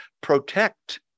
protect